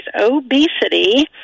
obesity